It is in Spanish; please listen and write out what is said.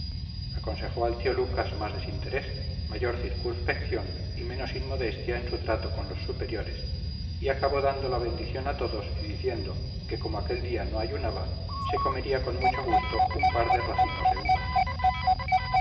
aconsejó al tío lucas más desinterés mayor circunspección y menos inmodestia en su trato con los superiores y acabó dando la bendición a todos y diciendo que como aquel día no ayunaba se comería con mucho gusto un par de racimos de uvas